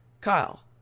Kyle